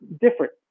different